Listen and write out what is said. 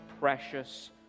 precious